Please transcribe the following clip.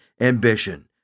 ambition